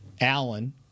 Allen